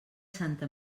santa